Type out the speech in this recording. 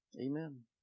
Amen